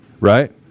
Right